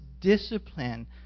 discipline